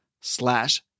slash